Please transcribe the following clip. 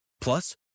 Plus